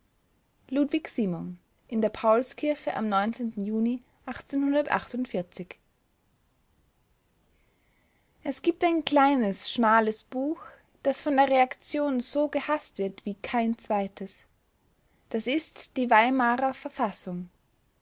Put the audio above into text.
ludwig simon in der paulskirche am juni es gibt ein kleines schmales buch das von der reaktion so gehaßt wird wie kein zweites das ist die weimarer verfassung